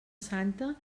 santa